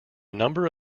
number